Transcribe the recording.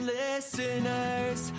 listeners